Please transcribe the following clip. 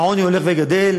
העוני הולך וגדל,